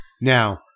Now